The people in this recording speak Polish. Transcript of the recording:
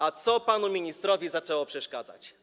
A co panu ministrowi zaczęło przeszkadzać?